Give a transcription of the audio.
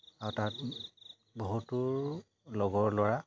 আৰু তাত বহুতো লগৰ ল'ৰা